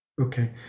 okay